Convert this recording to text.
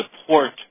support